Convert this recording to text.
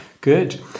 good